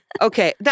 Okay